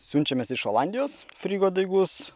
siunčiamės iš olandijos frygo daigus